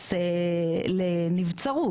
ביחס לנבצרות.